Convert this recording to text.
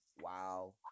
Wow